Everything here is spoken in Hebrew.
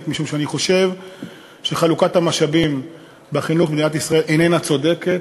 משום שאני חושב שחלוקת המשאבים בחינוך במדינת ישראל איננה צודקת.